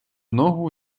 ногу